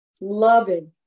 loving